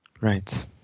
Right